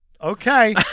Okay